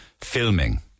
filming